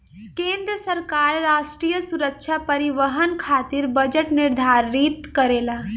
केंद्र सरकार राष्ट्रीय सुरक्षा परिवहन खातिर बजट निर्धारित करेला